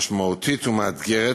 משמעותית ומאתגרת,